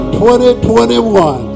2021